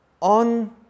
on